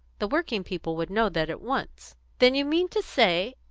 the working people would know that at once. then you mean to say,